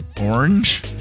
Orange